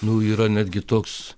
nu yra netgi toks